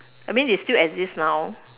I mean they still exist now